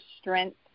strength